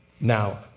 Now